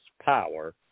power